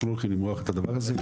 אנחנו לא הולכים למרוח את הדבר הזה,